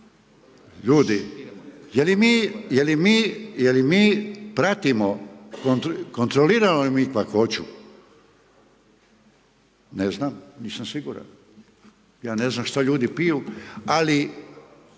Ljudi, je li mi pratimo, kontroliramo li mi kakvoću? Ne znam, nisam siguran. Ja ne znam šta ljudi piju ali